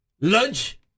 lunch